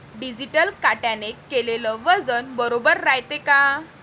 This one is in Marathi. डिजिटल काट्याने केलेल वजन बरोबर रायते का?